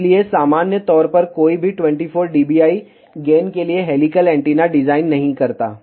इसलिए सामान्य तौर पर कोई भी 24 dBi गेन के लिए हेलिकल एंटीना डिजाइन नहीं करता है